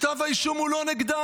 כתב האישום הוא לא נגדם.